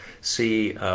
see